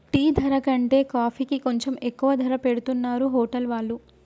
tea ధర కంటే కాఫీకి కొంచెం ఎక్కువ ధర పెట్టుతున్నరు హోటల్ వాళ్ళు